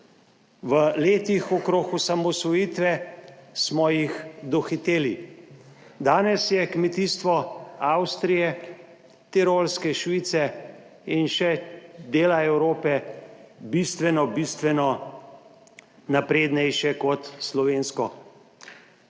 v letih okrog osamosvojitve smo jih dohiteli. Danes je kmetijstvo Avstrije, Tirolske, Švice in še dela Evrope bistveno naprednejše kot slovensko.